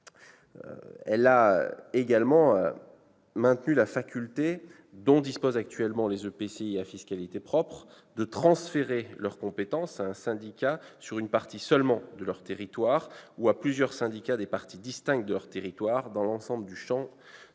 a également maintenu la faculté dont disposent actuellement les EPCI à fiscalité propre de transférer leurs compétences à un syndicat sur une partie seulement de leur territoire, ou à plusieurs syndicats sur des parties distinctes de leur territoire, dans l'ensemble du champ de la politique